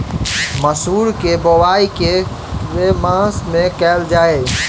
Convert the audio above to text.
मसूर केँ बोवाई केँ के मास मे कैल जाए?